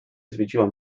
zwiedziłam